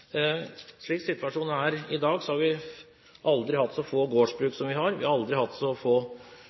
Slik situasjonen er i dag, har vi aldri hatt så få gårdsbruk som vi har, vi har aldri hatt så få